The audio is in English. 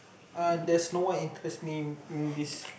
uh there's no one interest me in this